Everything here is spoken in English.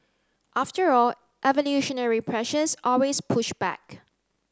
after all evolutionary pressures always push back